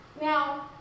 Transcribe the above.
Now